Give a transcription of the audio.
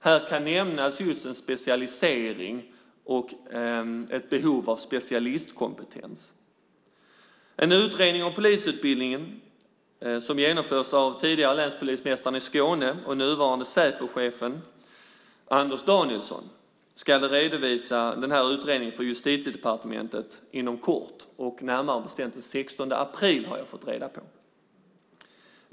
Här kan nämnas just specialisering och behovet av specialistkompetens. En utredning om polisutbildningen som genomförs av tidigare länspolismästaren i Skåne och nuvarande Säpochefen Anders Danielsson ska redovisas på Justitiedepartementet inom kort, närmare bestämt den 16 april, har jag fått reda på.